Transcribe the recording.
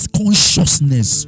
consciousness